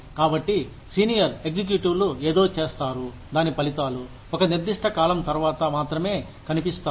కాబట్టి సీనియర్ ఎగ్జిక్యూటివ్లు ఏదో చేస్తారు దాని ఫలితాలు ఒక నిర్దిష్ట కాలం తర్వాత మాత్రమే కనిపిస్తాయి